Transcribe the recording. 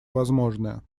возможное